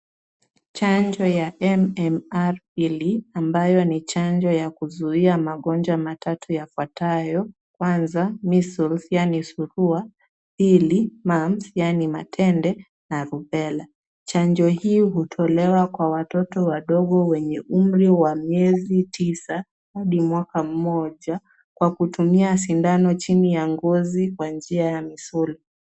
Chanjo ya MMR II ambayo ni chanjo ya kuzuia magonjwa matatu yafuatayo: kwanza measles yaani surua, pili mumps yaani matende na rubella . Chanjo hii hutolewa kwa watoto wadogo wenye umri wa miezi tisa hadi mwaka mmoja kwa kutumia sindano chini ya ngozi kwa njia ya misuli.